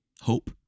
hope